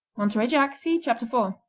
monterey jack see chapter four.